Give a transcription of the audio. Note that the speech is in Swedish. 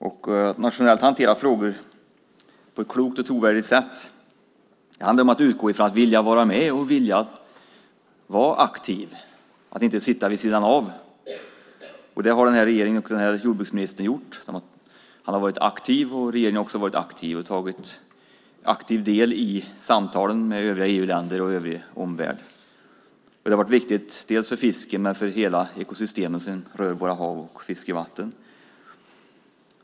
Att nationellt hantera frågor på ett klokt och trovärdigt sätt handlar om att vilja vara med och vara aktiv i stället för att sitta vid sidan av. Det har den här regeringen och jordbruksministern varit. Han har varit aktiv, och det har regeringen också varit och tagit aktiv del i samtalen med övriga EU-länder och övrig omvärld. Det har varit viktigt för fisket men också för hela ekosystemet som rör våra hav och fiskevatten.